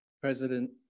President